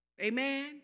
Amen